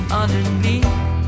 underneath